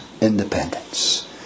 independence